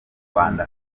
rwanda